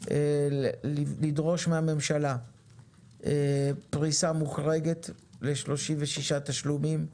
לדרוש מהממשלה פריסה מוחרגת ל-36 תשלומים,